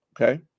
okay